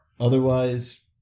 Otherwise